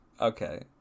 Okay